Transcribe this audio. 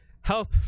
health